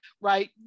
right